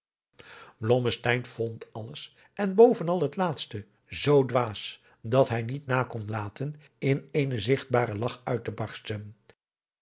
vond alles en bovenal het laatste zoo dwaas dat hij niet na kon laten in eenen zigtbaren lach uit te barsten